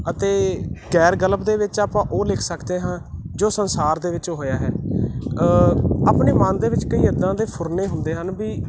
ਅਤੇ ਗੈਰ ਗਲਪ ਦੇ ਵਿੱਚ ਆਪਾਂ ਉਹ ਲਿਖ ਸਕਦੇ ਹਾਂ ਜੋ ਸੰਸਾਰ ਦੇ ਵਿੱਚ ਹੋਇਆ ਹੈ ਆਪਣੇ ਮਨ ਦੇ ਵਿੱਚ ਕਈ ਇੱਦਾਂ ਦੇ ਫੁਰਨੇ ਹੁੰਦੇ ਹਨ ਵੀ